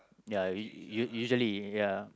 ya u~ u~ usually ya